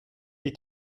est